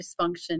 dysfunction